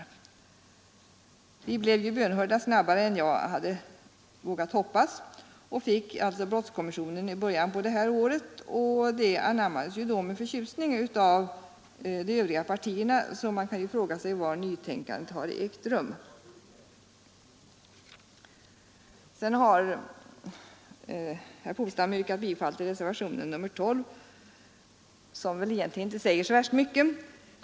Vi blev bönhörda snabbare än jag hade vågat hoppas och fick brottskommissionen i början av det här året. Den anammades ju med förtjusning av de övriga partierna, så man kan fråga sig var nytänkandet har ägt rum. Herr Polstam har yrkat bifall till reservationen 12, som väl egentligen inte säger så värst mycket.